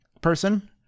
person